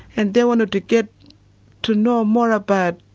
and they wanted to get to know more about